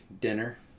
dinner